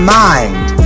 mind